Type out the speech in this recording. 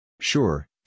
Sure